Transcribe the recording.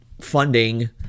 funding